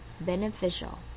beneficial